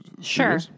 Sure